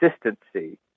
consistency